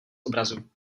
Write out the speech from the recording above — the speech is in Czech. obrazu